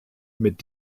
mit